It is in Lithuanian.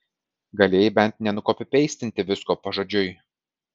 galėjai bent nenukopipeistinti visko pažodžiui